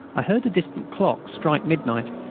i heard a distant clock strike midnight,